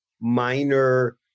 minor